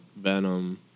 Venom